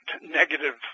negative